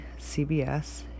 CBS